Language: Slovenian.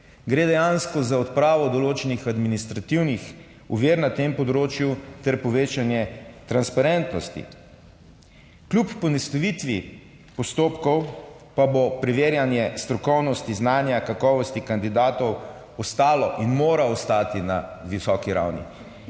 Gre dejansko za odpravo določenih administrativnih ovir na tem področju ter povečanje transparentnosti. Kljub poenostavitvi postopkov pa bo preverjanje strokovnosti, znanja, kakovosti kandidatov ostalo in mora ostati na visoki ravni.